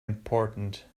important